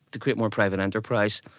to create more private enterprise,